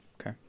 okay